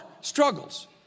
struggles